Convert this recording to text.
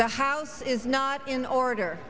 the house is not in order